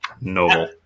noble